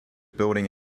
building